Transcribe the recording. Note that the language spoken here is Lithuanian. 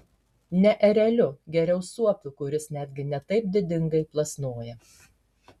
ne ereliu geriau suopiu kuris netgi ne taip didingai plasnoja